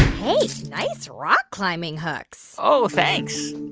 hey, nice rock-climbing hooks oh, thanks.